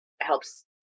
helps